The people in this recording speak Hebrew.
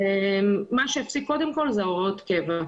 מה שהפסיק קודם כל זה הוראות הקבע.